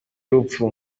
urupfu